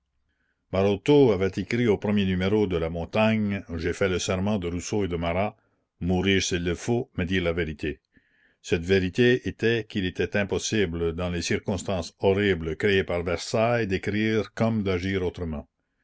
maroteau avait écrit au premier numéro de la montagne j'ai fait le serment de rousseau et de marat mourir s'il le faut mais dire la vérité cette vérité était qu'il était impossible dans les circonstances horribles créées par versailles d'écrire comme d'agir autrement